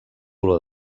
olor